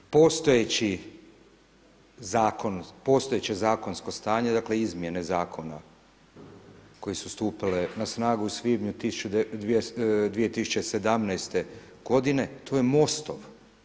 Postojeći Zakon, postojeće zakonsko stanje dakle, izmjene Zakona koje su stupile na snagu u svibnju 2017. godine to je Mostov.